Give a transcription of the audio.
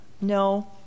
No